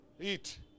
Eat